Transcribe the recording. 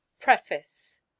preface